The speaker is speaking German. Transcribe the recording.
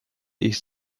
ich